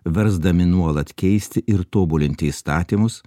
versdami nuolat keisti ir tobulinti įstatymus